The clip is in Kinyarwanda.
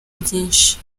byinshi